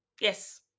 Yes